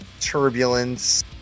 turbulence